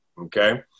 Okay